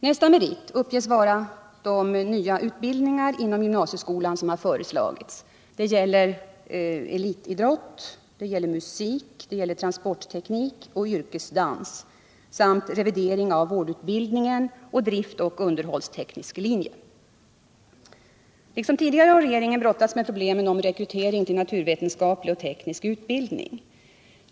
Nästa merit uppges vara de nya utbildningar inom gymnasieskolan som har föreslagits. Det gäller elitidrott, musik, transportteknik och yrkesdans samt revidering av vårdutbildningen och den driftsoch underhållstekniska linjen. Liksom tidigare har regeringen brottats med problemen med rekryteringen till naturvetenskaplig och teknisk utbildning.